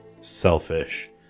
selfish